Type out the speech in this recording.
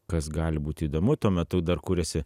kas gali būti įdomu tuo metu dar kūrėsi